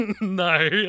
No